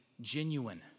genuine